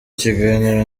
kiganiro